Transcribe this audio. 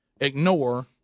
ignore